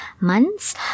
months